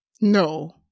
No